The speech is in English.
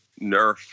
Nerf